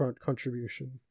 contribution